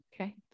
okay